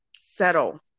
settle